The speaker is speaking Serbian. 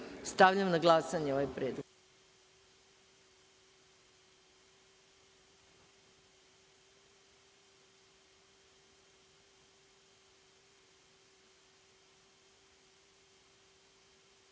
Stavljam na glasanje ovaj predlog. Molim